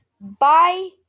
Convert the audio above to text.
Bye